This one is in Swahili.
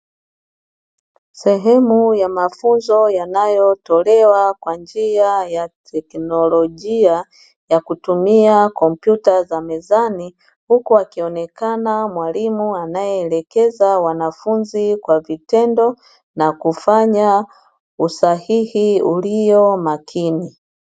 Sehemu ya mafunzo yanayotolewa kwa njia ya teknolojia ya kutumia kompyuta za mezani, huku akionekana mwalimu anayeelekeza wanafunzi kwa vitendo na kufanya usahihi ulio makini.